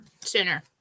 Sooner